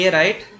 right